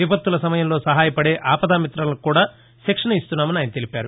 విపత్తుల సమయంలో సహాయపదే ఆపదామిత్ర లకు కూడా శిక్షణ ఇస్తున్నామని ఆయన తెలిపారు